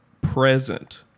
present